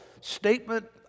statement